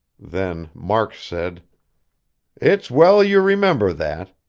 then mark said it's well you remember that.